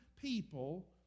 people